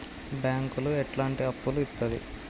బ్యాంకులు ఎట్లాంటి అప్పులు ఇత్తది?